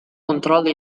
controllo